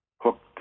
hooked